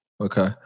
okay